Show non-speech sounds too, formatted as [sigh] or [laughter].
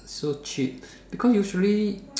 so cheap because usually [noise]